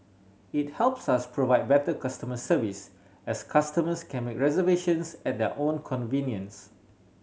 it helps us provide better customer service as customers can make reservations at their own convenience